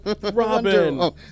Robin